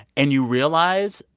and you realize,